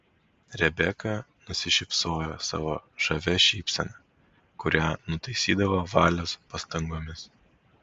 rebeka nusišypsojo savo žavia šypsena kurią nutaisydavo valios pastangomis